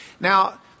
Now